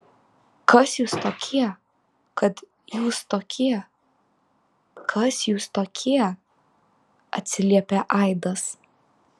kas jūs tokie kad jūs tokie kas jūs tokie atsiliepė aidas